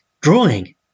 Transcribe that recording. Drawing